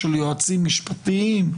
יועצים משפטיים,